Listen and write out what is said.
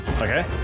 Okay